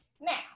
now